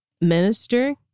minister